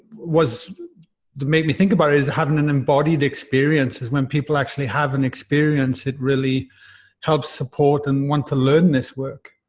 was the make me think about it is having an embodied experience is when people actually have an experience. it really helps support and want to learn this work.